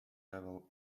level